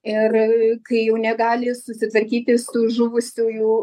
ir kai jau negali susitvarkyti su žuvusiųjų